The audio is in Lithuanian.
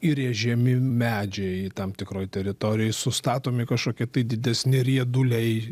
įrėžiami medžiai tam tikroj teritorijoj sustatomi kažkokie tai didesni rieduliai